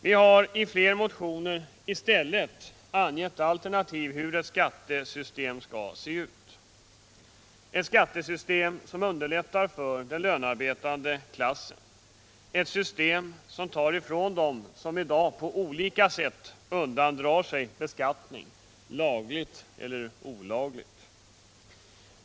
|| Vi har i flera motioner i stället angivit alternativ, som visar hur ett skattesystem skall se ut. Ett skattesystem som underlättar för den lönarbetande klassen och som tar ifrån dem som i dag på olika sätt undandrar sig beskattning, lagligt eller olagligt.